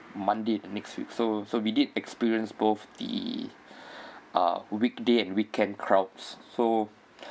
monday next week so so we did experience both the uh weekday and weekend crowds so